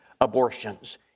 abortions